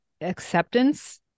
acceptance